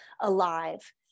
alive